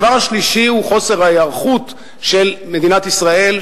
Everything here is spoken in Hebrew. הדבר השלישי הוא חוסר ההיערכות של מדינת ישראל,